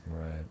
Right